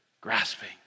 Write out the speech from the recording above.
Grasping